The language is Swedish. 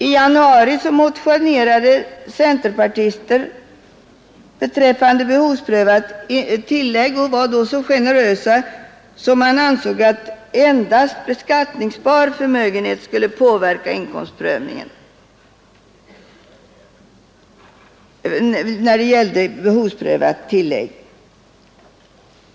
I januari motionerade centerpartister beträffande behovsprövade tillägg och var då så generösa att de ansåg att endast beskattningsbar förmögenhet borde påverka inkomstprövningen när det gällde behovsprövat tillägg.